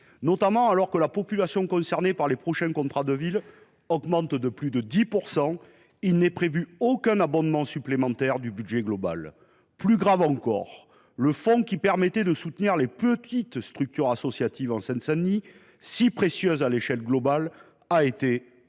Ainsi, alors que la population concernée par les prochains contrats de ville augmente de plus de 10 %, il n’est prévu aucun abondement supplémentaire du budget. Plus grave encore, le fonds qui permettait de soutenir financièrement les petites structures associatives en Seine Saint Denis, si précieuses, a été tout